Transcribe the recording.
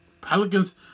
Pelicans